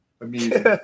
amusing